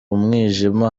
umwijima